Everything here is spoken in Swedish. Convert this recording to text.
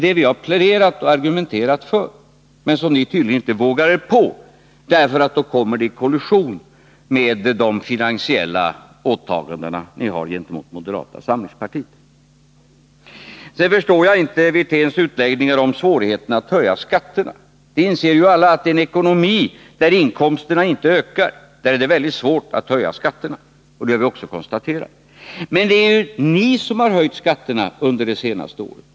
Det är detta vi argumenterar för men som ni tydligen inte vågar er på därför att det kommer i kollision med de finansiella åtaganden som ni har gentemot moderata samlingspartiet. Rolf Wirténs utläggningar om svårigheterna att höja skatterna förstår jag inte. Alla inser ju att i en ekonomi, där inkomsterna inte ökar, är det väldigt svårt att höja skatterna, och det har vi också konstaterat. Men det är ju ni som har höjt skatterna de senaste åren.